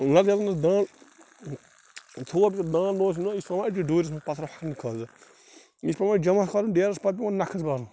پتہٕ ییٚلہِ نہٕ دانٛد ژھوٚر یہِ دانٛد اوس نا یہِ چھُ تھَوان أتی ڈوٗرِس منٛز پھسان ییٚمہِ خٲطرٕ یہِ چھُ پیٚوان جمع کرُن ڈیرس پَتہٕ پٮیٚوان نکھس کھالُن